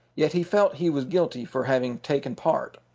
yet he felt he was guilty for having taken part.